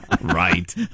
right